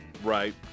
right